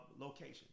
location